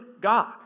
God